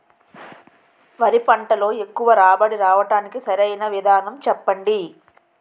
వరి పంటలో ఎక్కువ రాబడి రావటానికి సరైన విధానం చెప్పండి?